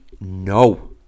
no